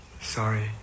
sorry